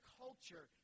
culture